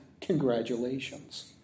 Congratulations